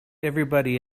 everybody